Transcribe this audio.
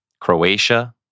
Croatia